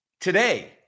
today